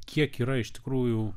kiek yra iš tikrųjų